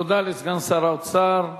תודה לסגן שר האוצר.